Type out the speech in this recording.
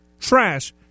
Trash